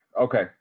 okay